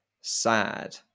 sad